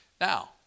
Now